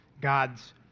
God's